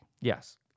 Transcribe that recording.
Yes